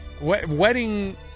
wedding